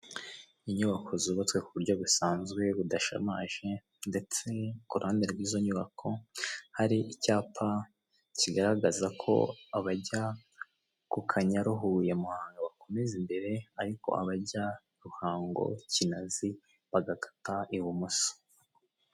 Inyubako zubatse ku buryo busanzwe budashamaje ndetse ku ruhande rw'izo nyubako hari icyapa kigaragaza ko abajya ku kanyaru Huye, MUhanga bakomeza imbere ariko abajya Ruhango Kinazi bagakata ibumoso.